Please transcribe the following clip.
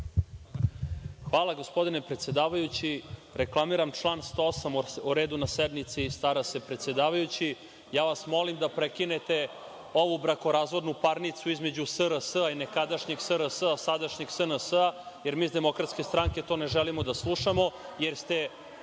Hvala, gospodine predsedavajući. Reklamiram član 108 - o redu na sednici stara se predsedavajući. Molim vas da prekinete ovu brakorazvodnu parnicu između SRS i nekadašnjeg SRS, a sadašnjeg SNS, jer mi iz DS to ne želimo da slušamo, jer ste